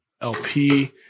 LP